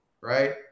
right